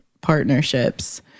partnerships